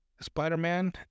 Spider-Man